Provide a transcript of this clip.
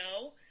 no